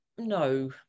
No